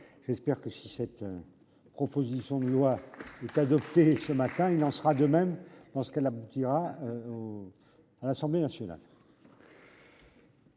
J'espère que si cette. Proposition de loi est adopté, ce matin il en sera de même lorsqu'qu'elle aboutira au à l'Assemblée nationale.